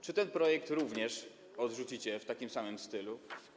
Czy ten projekt również odrzucicie w takim samym stylu?